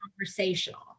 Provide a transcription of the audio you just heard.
conversational